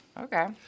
Okay